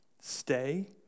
stay